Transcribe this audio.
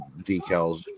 decals